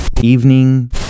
evening